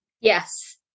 Yes